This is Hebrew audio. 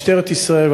משטרת ישראל,